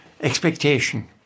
expectation